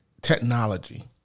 technology